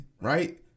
right